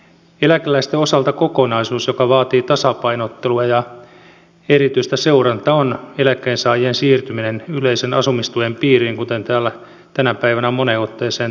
eläkeläisten osalta kokonaisuus joka vaatii tasapainottelua ja erityistä seurantaa on eläkkeensaajien siirtyminen yleisen asumistuen piiriin kuten täällä tänä päivänä on moneen otteeseen todettu